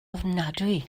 ofnadwy